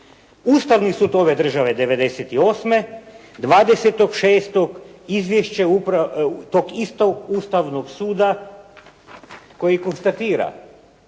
Ustavni sud ove države 1998. 20.6. izvješće tog istog Ustavnog suda koji konstatira